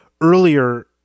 Earlier